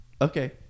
Okay